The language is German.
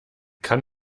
kann